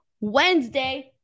Wednesday